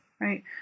right